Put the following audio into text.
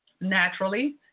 Naturally